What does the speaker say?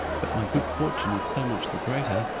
but my good fortune is so much the greater,